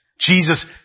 Jesus